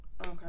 Okay